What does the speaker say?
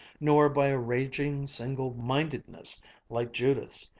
nor by a raging single-mindedness like judith's,